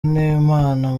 n’imana